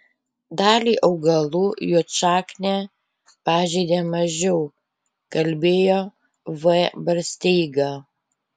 dalį augalų juodšaknė pažeidė mažiau kalbėjo v barsteiga